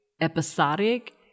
episodic